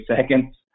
seconds